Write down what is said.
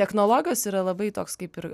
technologijos yra labai toks kaip ir